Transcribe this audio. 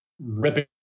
ripping